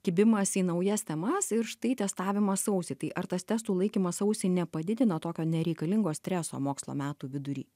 kibimas į naujas temas ir štai testavimas sausį tai ar tas testų laikymas sausį nepadidina tokio nereikalingo streso mokslo metų vidury